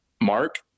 mark